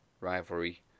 rivalry